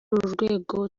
rwego